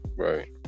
Right